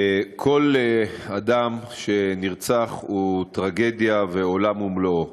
כל אדם שנרצח הוא טרגדיה ועולם ומלואו,